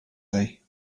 day